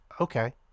okay